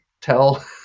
tell